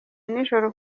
nijoro